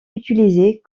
utilisés